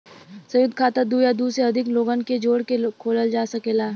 संयुक्त खाता दू या दू से अधिक लोगन के जोड़ के खोलल जा सकेला